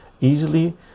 easily